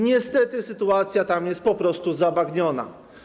Niestety sytuacja tam jest po prostu zabagniona.